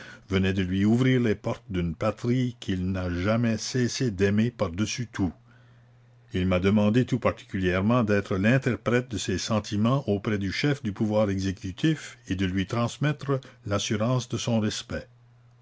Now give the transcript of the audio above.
venait de lui ouvrir les portes d'une patrie qu'il n'a jamais cessé d'aimer par dessus tout il m'a demandé tout particulièrement d'être l'interprète de ses sentiments auprès du chef du pouvoir exécutif et de lui transmettre l'assurance de son respect